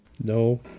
No